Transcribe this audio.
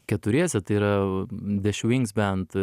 keturiese tai yra the schwings band